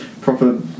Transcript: proper